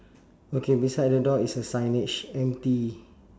okay beside the dog is a signage empty